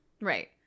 Right